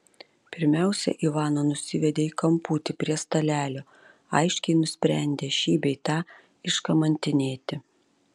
pirmiausia ivaną nusivedė į kamputį prie stalelio aiškiai nusprendę šį bei tą iškamantinėti